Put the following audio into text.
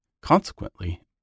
Consequently